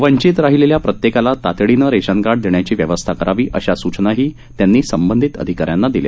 वंचित राहिलेल्या प्रत्येकाला तातडीनं रेशन कार्ड देण्याची व्यवस्था करावी अशा सूचनाही त्यांनी यावेळी संबंधित अधिकाऱ्यांना दिल्या